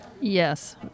Yes